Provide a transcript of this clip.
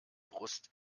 brust